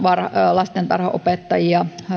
lastentarhanopettajia